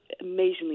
amazingly